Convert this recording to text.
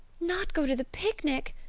not go to the picnic!